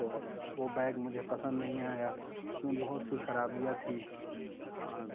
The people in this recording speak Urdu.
تو وہ بیگ مجھے پسند نہیں آیا اس میں بہت سی خرابیاں تھی